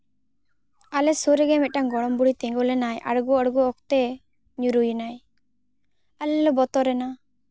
ᱟᱞᱮ ᱥᱩᱨ ᱨᱮᱜᱮ ᱢᱤᱫᱴᱟᱝ ᱜᱚᱲᱚᱢ ᱵᱩᱲᱦᱤ ᱛᱤᱸᱜᱩ ᱞᱮᱱᱟᱭ ᱟᱬᱜᱚ ᱟᱬᱜᱚ ᱚᱠᱛᱮ ᱧᱩᱨᱩᱭᱮᱱᱟᱭ ᱟᱞᱮ ᱞᱮ ᱵᱚᱛᱚᱨ ᱮᱱᱟ